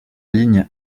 ligne